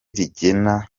rigena